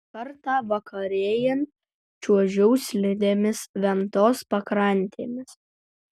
kartą vakarėjant čiuožiau slidėmis ventos pakrantėmis